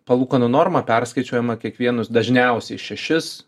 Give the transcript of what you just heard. palūkanų norma perskaičiuojama kiekvienus dažniausiai šešis